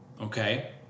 okay